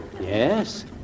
Yes